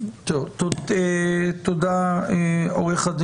תודה עו"ד